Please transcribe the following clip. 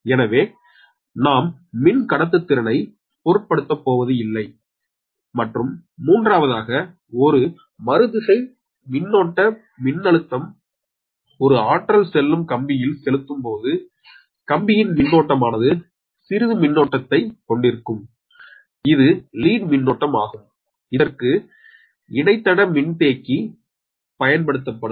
எனவே நாம் மின் கடத்து திறனை பொருட்படுத்தப்போவது இல்லை மற்றும் மூன்றாவதாக ஒரு மருதிசை மின்னோட்ட மின்னழுத்தம் ஒரு ஆற்றல் செல்லும் கம்பியில் செலுத்தும்போது கம்பியின் மின்னோட்டமானது சிறுது மின்னோட்டத்தை இழுக்கும் இது லீட் மின்னோட்டம் ஆகும் இதற்கு இணைத்தட மின்தேக்கி பயன்படுத்தப்படும்